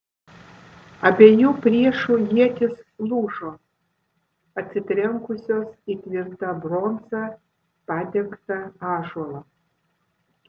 abiejų priešų ietys lūžo atsitrenkusios į tvirta bronza padengtą ąžuolą